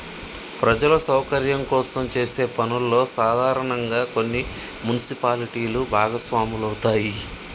ప్రజల సౌకర్యం కోసం చేసే పనుల్లో సాధారనంగా కొన్ని మున్సిపాలిటీలు భాగస్వాములవుతాయి